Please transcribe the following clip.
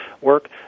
work